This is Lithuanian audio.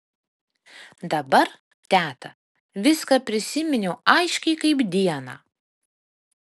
dabar teta viską prisiminiau aiškiai kaip dieną